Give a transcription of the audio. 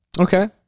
Okay